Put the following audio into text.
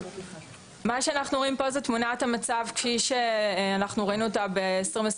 מה שאנחנו רואים פה זו תמונת המצב שראינו ב-2021-2022.